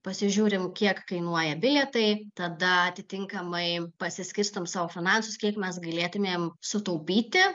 pasižiūrim kiek kainuoja bilietai tada atitinkamai pasiskirstom savo finansus kiek mes galėtumėm sutaupyti